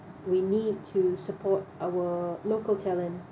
we need to support our local talent